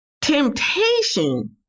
Temptation